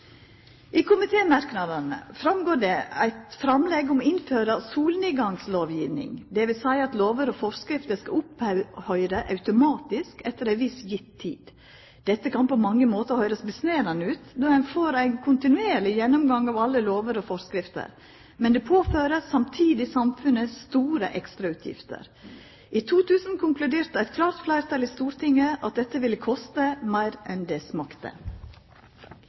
I komitémerknadene er det eit framlegg om å innføra «solnedgangslovgivning». Det vil seia at lover og føreskrifter skal opphøyre automatisk etter ei viss gitt tid. Det kan på mange måtar høyrast rimeleg ut når ein får ein kontinuerleg gjennomgang av alle lover og føreskrifter. Men det påfører samtidig samfunnet store ekstrautgifter. I 2000 konkluderte eit klart fleirtal i Stortinget med at dette ville kosta meir enn det smakte.